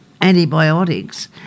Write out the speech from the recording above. antibiotics